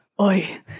oi